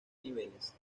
niveles